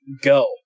go